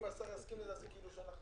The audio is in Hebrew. אם השר יסכים --- אני לא